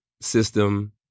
system